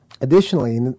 additionally